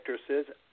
actresses